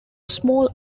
small